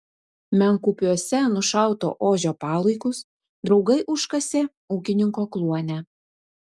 menkupiuose nušauto ožio palaikus draugai užkasė ūkininko kluone